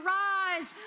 rise